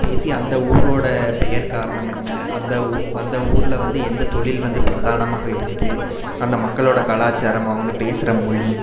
பேசி அந்த ஊரோட பெயர்க்காரணம் என்ன அந்த அந்த ஊர்ல வந்து எந்த தொழில் வந்து பிரதானமாக இருக்குது அந்த மக்களோட கலாச்சாரம் அவங்க பேசுகிற மொழி